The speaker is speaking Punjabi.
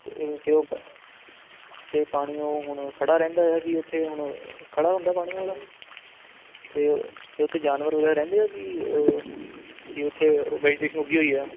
ਅਤੇ ਇਹ ਅਤੇ ਉਹ ਅਤੇ ਪਾਣੀ ਉਹ ਹੁਣ ਖੜ੍ਹਾ ਰਹਿੰਦਾ ਹੈ ਕਿ ਉੱਥੇ ਉਹ ਹੁਣ ਖੜ੍ਹਾ ਹੁੰਦਾ ਪਾਣੀ ਹੁਣ ਅਤੇ ਅਤੇ ਉੱਥੇ ਜਾਨਵਰ ਵਗੈਰਾ ਰਹਿੰਦੇ ਆ ਕਿ ਕਿ ਉੱਥੇ ਉਹ ਵੈਜੀਟੇਸ਼ਨ ਉੱਗੀ ਹੋਈ ਆ